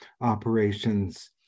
operations